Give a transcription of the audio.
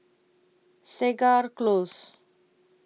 Segar Close